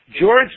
George